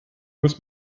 muss